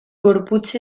gorputz